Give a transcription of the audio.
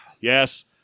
yes